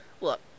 Look